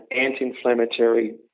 anti-inflammatory